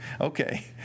okay